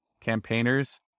campaigners